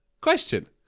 Question